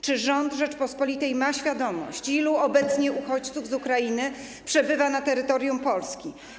Czy rząd Rzeczypospolitej ma świadomość, ilu obecnie uchodźców z Ukrainy przebywa na terytorium Polski?